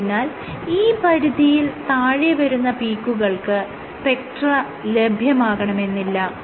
ആയതിനാൽ ഈ പരിധിയിൽ താഴെ വരുന്ന പീക്കുകൾക്ക് സ്പെക്ട്ര ലഭ്യമാകണമെന്നില്ല